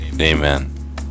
Amen